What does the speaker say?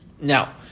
Now